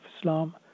Islam